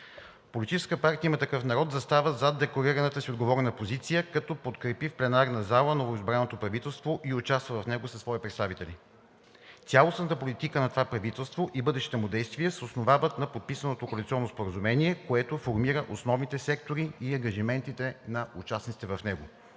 Политическа партия „Има такъв народ“ застава зад декларираната си отговорна позиция, като подкрепи в пленарната зала новоизбраното правителство и участва в него със свои представители. Цялостната политика на това правителство и бъдещите му действия се основават на подписаното коалиционно споразумение, което формира основните сектори и ангажиментите на участниците в него.